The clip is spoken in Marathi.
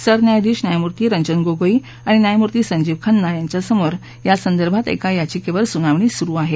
सरन्यायाधीश न्यायमुर्ती रंजन गोगोई आणि न्यायमूर्ती संजीव खन्ना यांच्यासमोर यासंदर्भात एका याचिकेवर सुनावणी सुरु आहे